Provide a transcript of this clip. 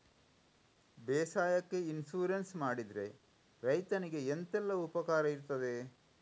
ಬೇಸಾಯಕ್ಕೆ ಇನ್ಸೂರೆನ್ಸ್ ಮಾಡಿದ್ರೆ ರೈತನಿಗೆ ಎಂತೆಲ್ಲ ಉಪಕಾರ ಇರ್ತದೆ?